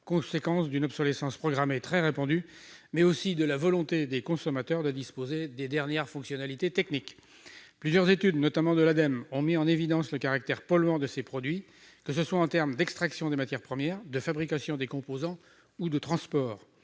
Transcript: conséquence d'une obsolescence programmée très répandue, mais aussi de la volonté des consommateurs de disposer des dernières fonctionnalités techniques. Plusieurs études, notamment de l'Ademe, ont mis en évidence le caractère polluant de ces produits, que ce soit en termes d'extraction des matières premières, de fabrication des composants ou de transport.